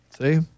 See